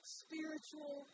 spiritual